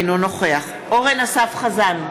אינו נוכח אורן אסף חזן,